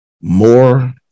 more